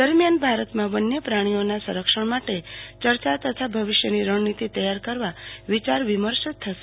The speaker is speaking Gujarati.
દરમિયાન ભારતમાં વન્ય પ્રાણીઓના સંરક્ષણ માટે ચર્ચાબ તથા ભવિષ્યની રણનીતિ તૈયાર કરવા વિયાર વિમર્શ થશે